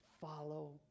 follow